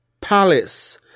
palace